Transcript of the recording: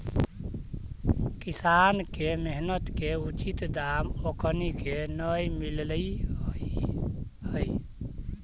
किसान के मेहनत के उचित दाम ओखनी के न मिलऽ हइ